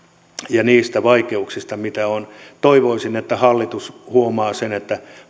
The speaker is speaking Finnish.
ja niistä vaikeuksista mitä on toivoisin että hallitus huomaa sen että